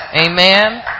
Amen